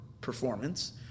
performance